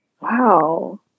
Wow